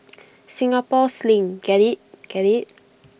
Singapore sling get IT get IT